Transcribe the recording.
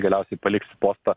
galiausiai paliks postą